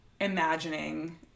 imagining